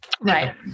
right